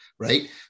Right